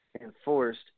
enforced